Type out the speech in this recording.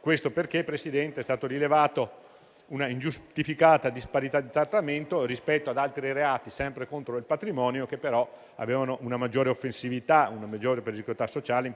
Questo perché, signor Presidente, è stata rilevata una ingiustificata disparità di trattamento rispetto ad altri reati, sempre contro il patrimonio, che però hanno una maggiore offensività e una maggiore pericolosità sociale.